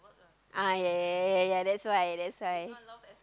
ah ya ya ya ya ya that's why that's why